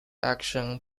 action